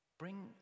Bring